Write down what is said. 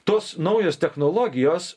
tos naujos technologijos